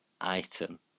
item